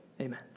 Amen